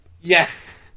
Yes